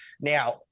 Now